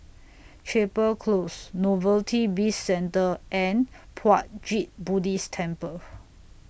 Chapel Close Novelty Bizcentre and Puat Jit Buddhist Temple